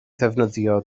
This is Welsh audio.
ddefnyddio